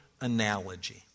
analogy